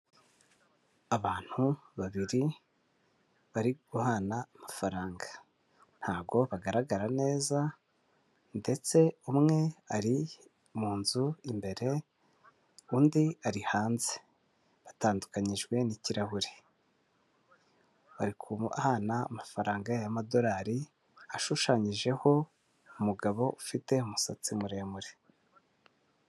Abantu babiri bari guhana amafaranga. Ntabwo bagaragara neza, ndetse umwe ari mu nzu imbere, undi ari hanze. Batandukanyijwe n'ikirahure. Bari guhana amafaranga y'amadolari ashushanyijeho umugabo ufite umusatsi muremure.